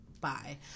bye